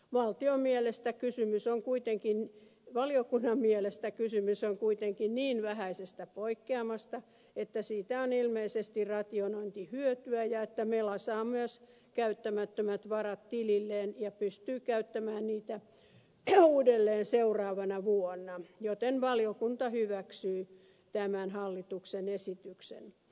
valtion mielestä kysymys on kuitenkin valiokunnan mielestä kysymys on kuitenkin niin vähäisestä poikkeamasta että siitä on ilmeisesti ratifiointihyötyä ja että mela saa myös käyttämättömät varat tililleen ja pystyy käyttämään niitä uudelleen seuraavana vuonna joten valiokunta hyväksyy tämän hallituksen esityksen